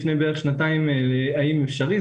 לפני בערך שנתיים האם זה אפשרי.